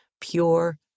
pure